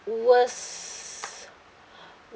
worse